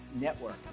Network